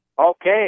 Okay